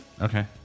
Okay